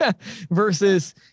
versus